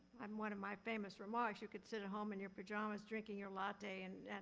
um one of my famous remarks, you could sit at home and your pajamas, drinking your latte and,